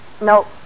No